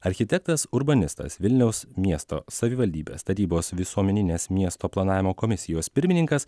architektas urbanistas vilniaus miesto savivaldybės tarybos visuomeninės miesto planavimo komisijos pirmininkas